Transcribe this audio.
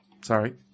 sorry